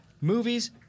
Movies